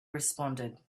responded